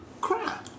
Cry